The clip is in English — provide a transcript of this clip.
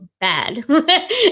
bad